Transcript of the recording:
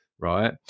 right